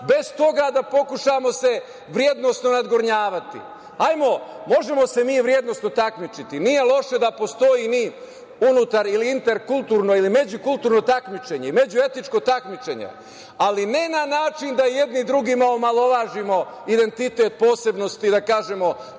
bez toga da pokušamo da se vrednosno nadgornjavati. Možemo se mi vrednosno takmičiti, nije loše da postoji ni unutar ili interkulturno ili međukulturno takmičenje, ili međuetničko takmičenje, ali ne na način da jedni drugima omalovažavamo identitet posebnosti, da kažemo